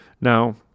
Now